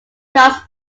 cost